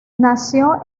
nació